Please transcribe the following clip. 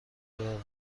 دارم